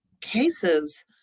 cases